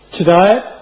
Today